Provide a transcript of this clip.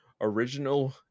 Original